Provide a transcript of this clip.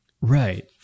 Right